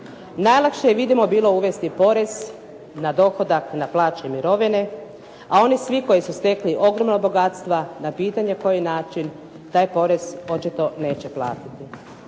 Najlakše je vidimo bilo uvesti porez na dohodak, na plaće i mirovine, a oni svi koji su stekli ogromna bogatstva na pitanje koji način, taj porez očito neće platiti.